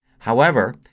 however,